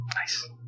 Nice